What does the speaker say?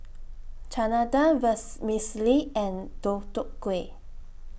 Chana Dal Vermicelli and Deodeok Gui